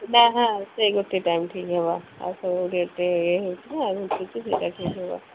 ନା ହଁ ସେଇ ଗୋଟେ ଟାଇମ୍ ଠିକ୍ ହେବ ଆଉ ସବୁ ଡ୍ୟୁଟି ଇଏ ସବୁ ସେଇଟା ଠିକ୍ ହେବ